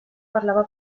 parlava